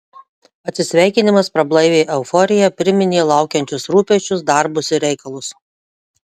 atsisveikinimas prablaivė euforiją priminė laukiančius rūpesčius darbus ir reikalus